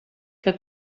que